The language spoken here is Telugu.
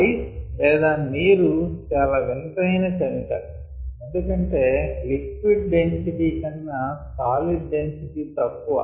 ఐస్ లేదా నీరు చాలా వింతైన కెమికల్ ఎందుకంటే లిక్విడ్ డెన్సిటీ కన్నా సాలిడ్ డెన్సిటీ తక్కువ